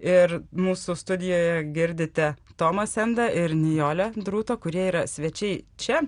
ir mūsų studijoje girdite tomą sendą ir nijolę druto kurie yra svečiai čia